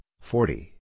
forty